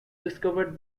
discovered